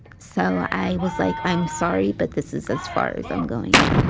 so i was like, i'm sorry but this is as far as i'm going.